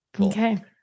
Okay